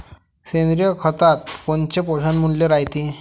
सेंद्रिय खतात कोनचे पोषनमूल्य रायते?